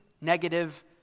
negative